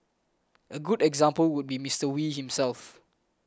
a good example would be Mister Wee himself